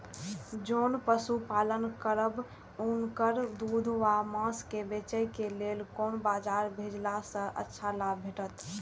जोन पशु पालन करब उनकर दूध व माँस के बेचे के लेल कोन बाजार भेजला सँ अच्छा लाभ भेटैत?